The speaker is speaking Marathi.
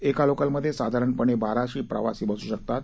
एका लोकलमध्ये साधारणपणे बाराशे प्रवासी बसू शकतात